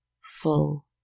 full